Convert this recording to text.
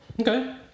Okay